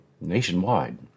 nationwide